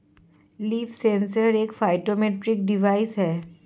leaf sensor एक phytometric device है